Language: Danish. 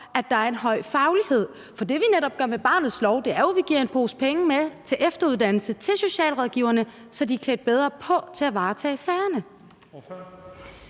at der er en høj faglighed? For det, vi netop gør med barnets lov, er jo, at vi giver en pose penge med til efteruddannelse af socialrådgiverne, så de er klædt bedre på til at varetage sagerne.